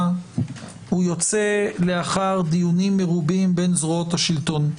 הוא יוצא לאחר דיונים מרובים בין זרועות השלטון.